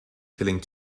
killing